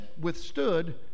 withstood